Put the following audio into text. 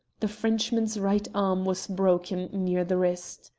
the frenchman's right arm was broken near the wrist.